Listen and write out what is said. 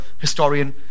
historian